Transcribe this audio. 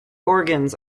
organs